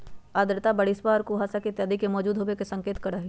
आर्द्रता बरिशवा और कुहसवा इत्यादि के मौजूद होवे के संकेत करा हई